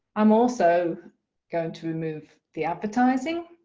i'm also going to remove the advertising,